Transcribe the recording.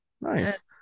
nice